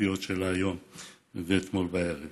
האין-סופיות שלה היום ואתמול בערב